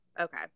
okay